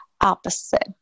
opposite